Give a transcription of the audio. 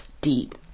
Deep